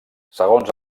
segons